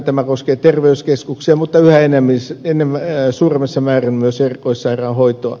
tämä koskee terveyskeskuksia mutta yhä suuremmassa määrin myös erikoissairaanhoitoa